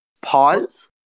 Pause